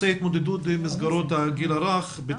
למגפות ולרעידות אדמה בנושא התמודדות מסגרות הגיל הרך (לידה